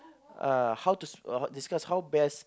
uh how to s~ uh discuss how best